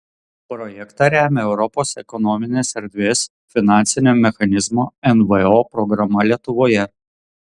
projektą remia europos ekonominės erdvės finansinio mechanizmo nvo programa lietuvoje